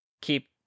keep